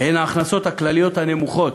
הן ההכנסות הכלליות הנמוכות,